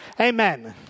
amen